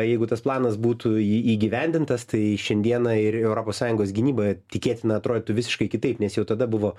jeigu tas planas būtų įgyvendintas tai šiandieną ir europos sąjungos gynyba tikėtina atrodytų visiškai kitaip nes jau tada buvo